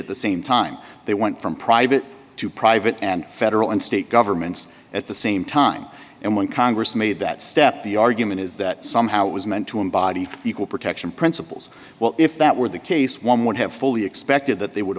at the same time they went from private to private and federal and state governments at the same time and when congress made that step the argument is that somehow it was meant to embody equal protection principles well if that were the case one would have fully expected that they would